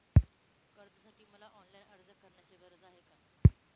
कर्जासाठी मला ऑनलाईन अर्ज करण्याची गरज आहे का?